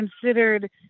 considered